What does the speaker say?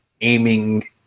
aiming